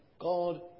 God